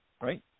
right